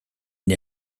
née